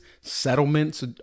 settlements